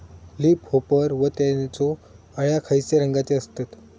Leaf hopper व त्यानचो अळ्या खैचे रंगाचे असतत?